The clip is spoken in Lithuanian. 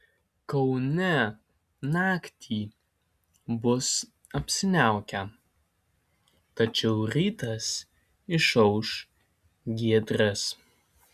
kaune naktį bus apsiniaukę tačiau rytas išauš giedras